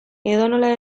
edonola